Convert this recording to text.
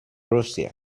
russia